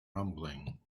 rumbling